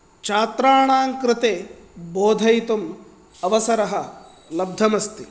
छात्राणां कृते बोधयितुम् अवसरः लब्धमस्ति